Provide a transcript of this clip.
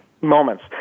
moments